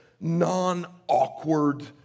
non-awkward